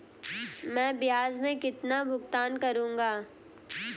मैं ब्याज में कितना भुगतान करूंगा?